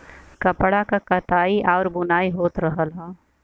कपड़ा क कताई आउर बुनाई होत रहल हौ